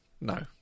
No